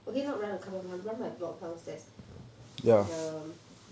okay not run the car park run my block downstairs the